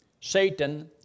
Satan